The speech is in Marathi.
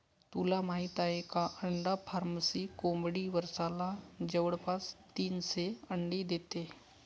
तुला माहित आहे का? अंडा फार्मची कोंबडी वर्षाला जवळपास तीनशे अंडी देते